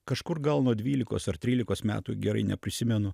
kažkur gal nuo dvylikos ar trylikos metų gerai neprisimenu